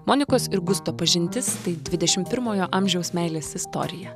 monikos ir gusto pažintis tai dvidešimt pirmojo amžiaus meilės istorija